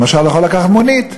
למשל, הוא יכול לקחת מונית.